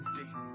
empty